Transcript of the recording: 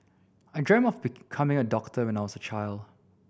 I dreamt of becoming a doctor when I was a child